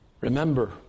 Remember